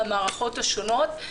במערכות השונות.